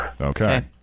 Okay